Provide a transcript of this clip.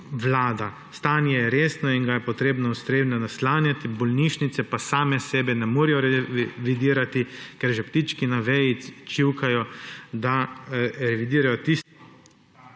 Vlada. Stanje je resno in ga je treba ustrezno naslavljati, bolnišnice pa same sebe ne morejo revidirati, ker že ptički na veji čivkajo, da revidirajo …